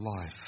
life